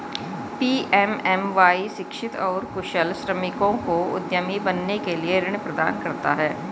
PMMY शिक्षित और कुशल श्रमिकों को उद्यमी बनने के लिए ऋण प्रदान करता है